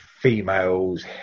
females